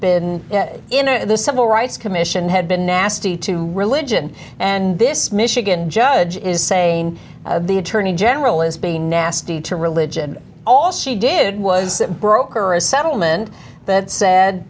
in the civil rights commission had been nasty to religion and this michigan judge is saying the attorney general is being nasty to religion all she did was broker a settlement that said